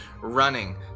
running